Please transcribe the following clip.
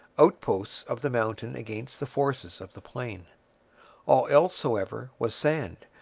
outposts of the mountain against the forces of the plain all else, however, was sand,